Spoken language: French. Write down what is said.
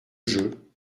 jeu